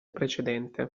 precedente